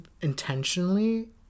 intentionally